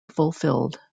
fulfilled